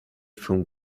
from